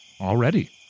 already